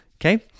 Okay